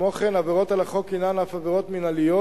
כמו כן, עבירות על החוק הינן אף עבירות מינהליות,